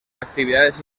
actividades